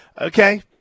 okay